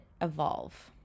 evolve